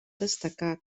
destacar